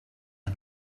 are